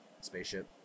spaceship